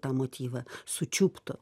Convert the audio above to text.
tą motyvą sučiuptų